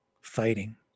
fighting